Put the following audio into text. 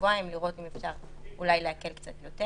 לשבועיים ולראות אם אפשר אולי להקל יותר.